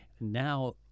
now